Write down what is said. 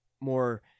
more